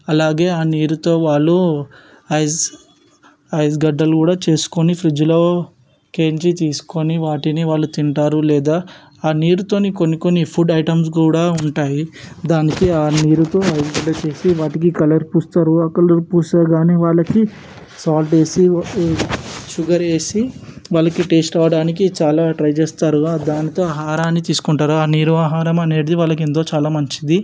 అలాగే ఆ నీరుతో వాళ్ళు ఐస్ ఐస్ గడ్డలు కూడా చేసుకొని ఫ్రిడ్జ్లో కెంచి తీసుకొని వాటిని వాళ్ళు తింటారు లేదా ఆ నీరుతోనే కొన్ని కొన్ని ఫుడ్ ఐటమ్స్ కూడా ఉంటాయి దానికి ఆ నీరుతో ఎంపిక చేసి వాటికి కలర్ పూస్తారు ఆ కలర్ పూసా కాని వాళ్లకి సాల్ట్ వేసి షుగర్ వేసి వాళ్లకి టేస్ట్ అవ్వడానికి చాలా ట్రై చేస్తారు దానితో ఆహారాన్ని చేసుకుంటారు ఆ నీరు ఆహారం అనేటిది వాళ్లకి ఎంతో చాలా మంచిది